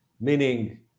meaning